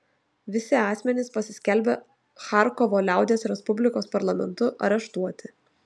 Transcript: visi asmenys pasiskelbę charkovo liaudies respublikos parlamentu areštuoti